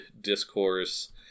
discourse